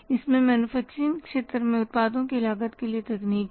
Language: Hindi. इसमें मैन्युफैक्चरिंग क्षेत्र में उत्पादों की लागत के लिए तकनीक है